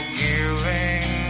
giving